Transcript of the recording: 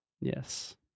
Yes